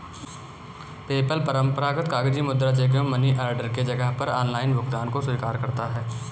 PayPal परंपरागत कागजी मुद्रा, चेक एवं मनी ऑर्डर के जगह पर ऑनलाइन भुगतान को स्वीकार करता है